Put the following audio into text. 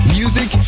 music